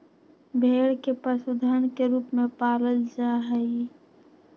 भेड़ के पशुधन के रूप में पालल जा हई